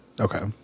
Okay